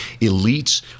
elites